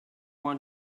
want